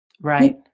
Right